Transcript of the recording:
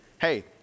Hey